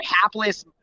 hapless